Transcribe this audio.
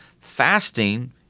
fasting